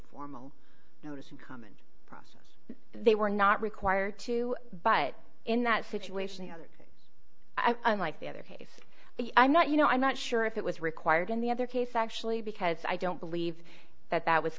formal notice to come and process they were not required to but in that situation the other thing i unlike the other case i'm not you know i'm not sure if it was required in the other case actually because i don't believe that that was